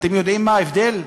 אתם יודעים מה ההבדל?